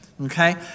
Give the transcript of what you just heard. Okay